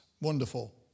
Wonderful